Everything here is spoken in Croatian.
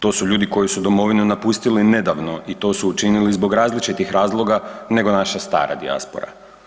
To su ljudi koji su domovinu napustili nedavno i to su učinili zbog različitih razloga nego naša stara dijaspora.